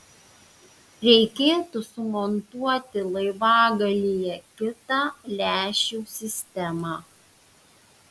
reikėtų sumontuoti laivagalyje kitą lęšių sistemą